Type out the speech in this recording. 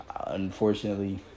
unfortunately